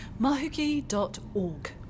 mahuki.org